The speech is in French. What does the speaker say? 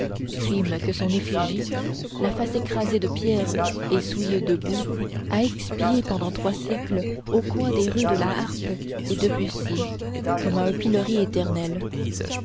crime que son effigie la face écrasée de pierres et souillée de boue a expié pendant trois siècles au coin des rues de la harpe et de bussy comme à un pilori éternel